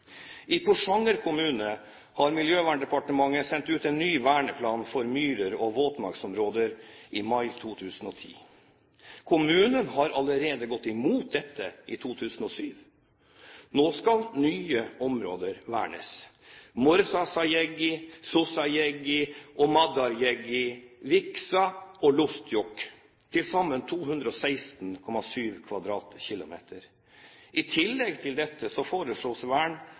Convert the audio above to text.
Porsanger kommune, sendte Miljøverndepartementet i mai 2010 ut en ny verneplan for myrer og våtmarksområder. Kommunen gikk allerede i 2007 imot dette. Nå skal nye områder vernes: Morssajeaggi, Cuosgaljeaggi og Madarjeaggi, Vieksa og Luostejok – til sammen 216,7 km2. I tillegg til dette foreslås vern